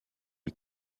les